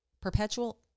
perpetual